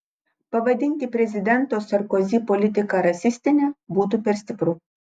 pavadinti prezidento sarkozi politiką rasistine būtų per stipru